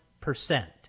percent